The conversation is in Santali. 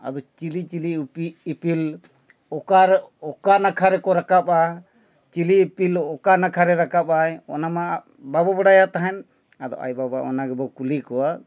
ᱟᱫᱚ ᱪᱤᱞᱤ ᱪᱤᱞᱤ ᱤᱯᱤᱞ ᱚᱠᱟᱨᱮ ᱚᱠᱟ ᱱᱟᱠᱷᱟ ᱨᱮᱠᱚ ᱨᱟᱠᱟᱵᱼᱟ ᱪᱤᱞᱤ ᱤᱯᱤᱞ ᱚᱠᱟ ᱱᱟᱠᱷᱟ ᱨᱮ ᱨᱟᱠᱟᱵ ᱟᱭ ᱚᱱᱟᱢᱟ ᱵᱟᱵᱚ ᱵᱟᱲᱟᱭᱟ ᱛᱟᱦᱮᱱ ᱟᱫᱚ ᱟᱭᱳ ᱵᱟᱵᱟ ᱚᱱᱟ ᱜᱮᱵᱚᱱ ᱠᱩᱞᱤ ᱠᱚᱣᱟ